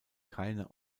keine